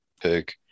Pick